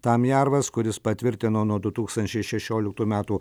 tamjervas kuris patvirtino nuo du tūkstančiai šešioliktų metų